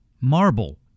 marble